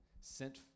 sent